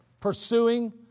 pursuing